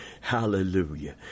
Hallelujah